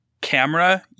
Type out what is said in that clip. camera